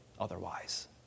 otherwise